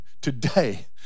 today